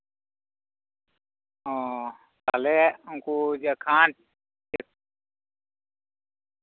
ᱚᱻ ᱛᱟᱦᱚᱞᱮ ᱩᱱᱠᱩ ᱡᱚᱠᱷᱚᱱ